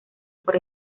por